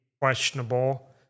questionable